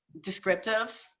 descriptive